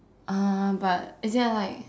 uh but as in ya like